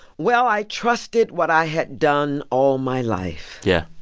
well, i trusted what i had done all my life. yeah.